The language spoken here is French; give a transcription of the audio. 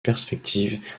perspective